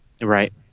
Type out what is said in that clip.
Right